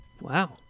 wow